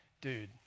dude